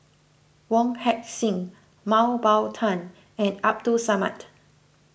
Wong Heck Sing Mah Bow Tan and Abdul Samad